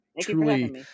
truly